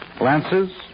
lances